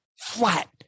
flat